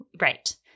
Right